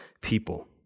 people